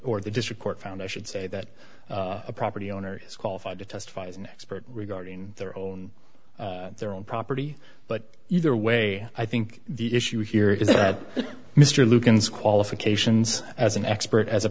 or the district court found i should say that a property owner is qualified to testify as an expert regarding their own their own property but either way i think the issue here is that mr lukens qualifications as an expert as a